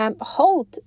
Hold